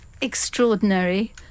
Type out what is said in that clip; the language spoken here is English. extraordinary